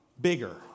bigger